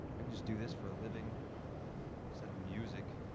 i can just do this for a living instead of music.